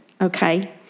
Okay